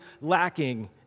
lacking